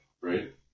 right